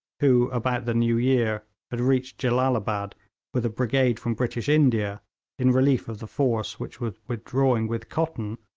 who, about the new year, had reached jellalabad with a brigade from british india in relief of the force which was withdrawing with cotton,